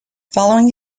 following